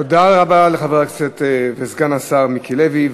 תודה רבה לחבר הכנסת סגן השר מיקי לוי.